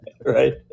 Right